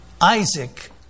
Isaac